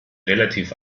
relativ